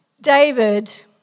David